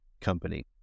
company